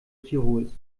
tirols